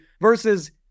versus